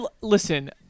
listen